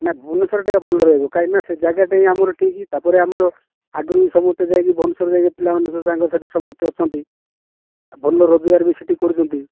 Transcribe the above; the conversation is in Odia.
ନାଇଁ ଭୁବନେଶ୍ୱର ଟିକେ ଭଲ ରହିବ କାହିଁକିନା ସେ ଜାଗାଟି ଆମର ଠିକ୍ ତାପରେ ଆମର ଆଗରୁ ସମସ୍ତେ ଯାଇକି ଭୁବନେଶ୍ୱର ରେ ଯାଇକି ପିଲାମାନେ ସାଙ୍ଗସାଥି ସମସ୍ତେ ଅଛନ୍ତି ଭଲ ରୋଜଗାର ବି ସେଇଠି କରୁଛନ୍ତି